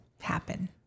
happen